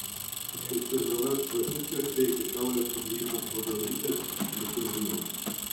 jei cžv prasiskverbė iki šiaurės laivyno vadovybės jis sužinos